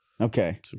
Okay